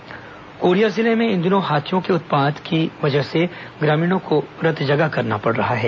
हाथी आतंक कोरिया जिले में इन दिनों हाथियों के उत्पात की वजह से ग्रामीणों को रतजगा करना पड़ रहा है